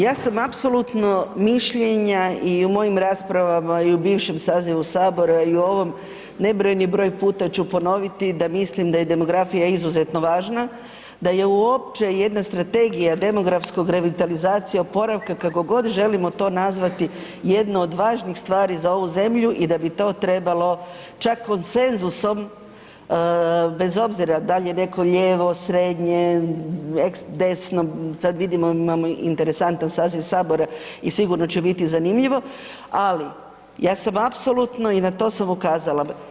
Ja sam apsolutno mišljenja i u mojim raspravama i u bivšem sazivu Sabora i u ovom nebrojeni broj puta ću ponoviti da mislim da je demografija izuzetno važna, da je uopće jedna strategija demografskog revitalizacija oporavka kako god želimo to nazvati jedna od važnih stvari za ovu zemlju i da bi to trebalo čak konsenzusom, bez obzira da li je neko lijevo, srednje, desno, sada vidimo imamo interesantan saziv Sabora i sigurno će biti zanimljivo, ali ja sam apsolutno i na to sam ukazala.